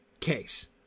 case